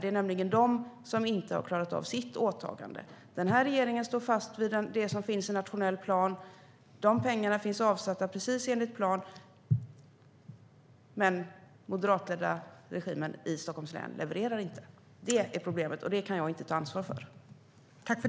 Det är nämligen de som inte har klarat av sitt åtagande. Den här regeringen står fast vid det som finns med i nationell plan. De pengarna finns avsatta, precis enligt plan. Men den moderatledda regimen i Stockholms län levererar inte. Det är det som är problemet. Och det kan jag inte ta ansvar för.